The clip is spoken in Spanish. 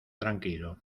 tranquilo